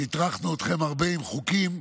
שהטרחנו אתכם עם הרבה חוקים.